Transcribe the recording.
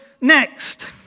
next